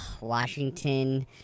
Washington